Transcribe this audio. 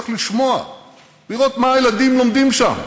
אני צריך גם להודות לראש הממשלה.